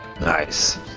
Nice